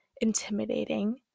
intimidating